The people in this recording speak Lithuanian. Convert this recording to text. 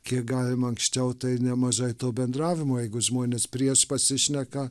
kiek galima anksčiau tai nemažai to bendravimo jeigu žmonės prieš pasišneka